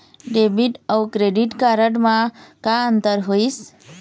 Debit अऊ credit card म का अंतर होइस?